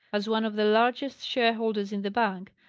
as one of the largest shareholders in the bank,